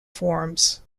forums